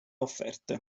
offerte